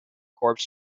corps